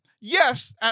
yes